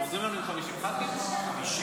קצת על הרציונל של החוק הזה בעיניי,